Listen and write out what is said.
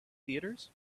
theatres